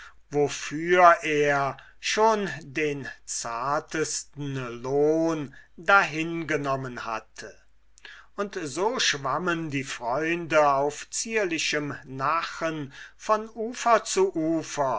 wofür er schon den zartesten lohn dahingenommen hatte und so schwammen die freunde auf zierlichem nachen von ufer zu